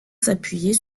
s’appuyer